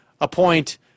appoint